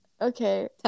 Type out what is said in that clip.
Okay